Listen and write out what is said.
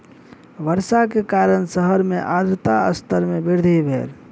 वर्षा के कारण शहर मे आर्द्रता स्तर मे वृद्धि भेल